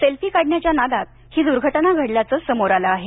selfie काढण्याच्या नादात ही दुर्घटना घडल्याचं समोर आलं आहे